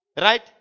Right